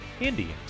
indians